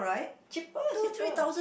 cheaper cheaper